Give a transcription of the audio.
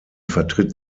vertritt